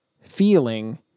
feeling